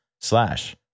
slash